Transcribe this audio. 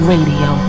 Radio